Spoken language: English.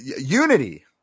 Unity